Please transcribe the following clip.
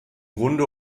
grunde